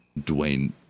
Dwayne